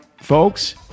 Folks